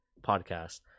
podcast